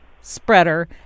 spreader